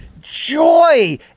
joy